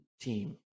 team